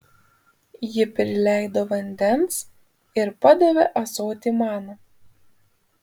ji prileido vandens ir padavė ąsotį man